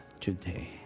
today